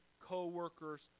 co-workers